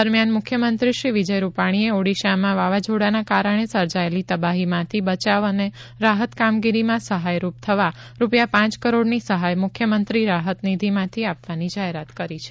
દરમિયાન મુખ્યમંત્રી શ્રી વિજય રૂપાણીએ ઓડિશામાં વાવાઝોડાના કારણે સર્જાયેલી તબાહીમાંથી બચાવ અને રાહત કામગીરીમાં સહાયરૂપ થવા રૂપિયા પાંચ કરોડની સહાય મુખ્યમંત્રી રાહતનિધિમાંથી આપવાની જાહેરાત કરી છે